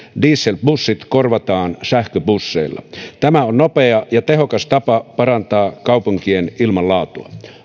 dieselbussit korvataan sähköbusseilla tämä on nopea ja tehokas tapa parantaa kaupunkien ilmanlaatua